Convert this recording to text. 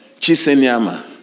chisenyama